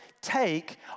take